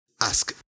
ask